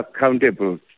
accountable